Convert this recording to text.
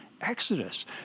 exodus